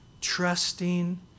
trusting